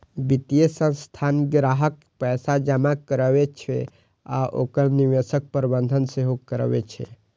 वित्तीय संस्थान ग्राहकक पैसा जमा करै छै आ ओकर निवेशक प्रबंधन सेहो करै छै